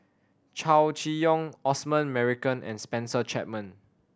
Chow Chee Yong Osman Merican and Spencer Chapman